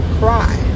cry